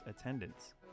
attendance